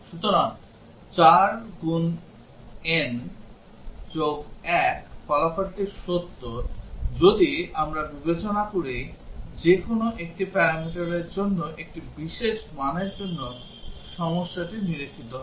সুতরাং 4 n 1 ফলাফলটি সত্য যদি আমরা বিবেচনা করি যে কোনও একটি প্যারামিটারের জন্য একটি বিশেষ মানের জন্য সমস্যাটি নিরীক্ষিত হবে